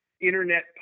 internet